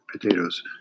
potatoes